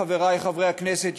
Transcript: חברי חברי הכנסת,